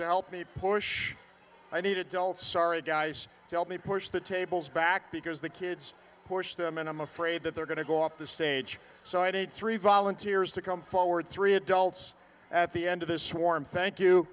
help me push i needed dulce sorry dice to help me push the tables back because the kids push them in i'm afraid that they're going to go off the stage so i did three volunteers to come forward three adults at the end of the swarm thank you